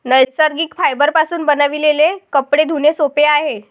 नैसर्गिक फायबरपासून बनविलेले कपडे धुणे सोपे आहे